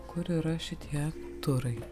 kur yra šitie turai